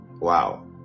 wow